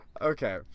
Okay